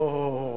אוה,